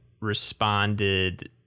responded